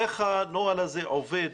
איך הנוהל הזה עובד,